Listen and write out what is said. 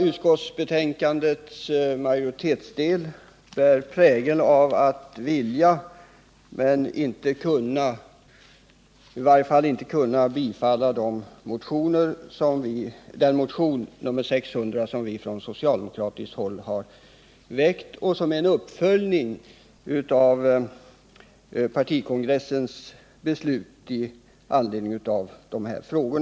Utskottsbetänkandets majoritetsdel bär prägel av att vilja men inte kunna — i varje fall inte kunna bifalla motionen 1978/79:600, som vi från socialdemokratiskt håll har väckt och som är en uppföljning av partikongressens beslut i anledning av dessa frågor.